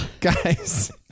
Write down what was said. guys